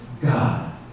God